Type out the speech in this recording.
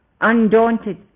undaunted